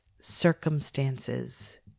circumstances